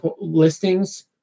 listings